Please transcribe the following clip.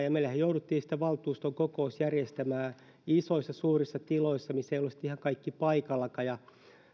ja meillähän jouduttiin sitten valtuuston kokous järjestämään isoissa suurissa tiloissa missä ei ollut sitten ihan kaikki paikallakaan